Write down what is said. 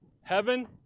heaven